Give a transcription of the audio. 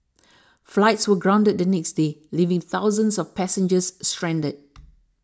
flights were grounded the next day leaving thousands of passengers stranded